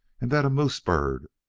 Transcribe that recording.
and that a moose-bird,